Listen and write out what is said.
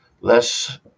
less